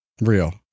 Real